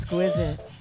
Exquisite